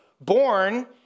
born